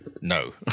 no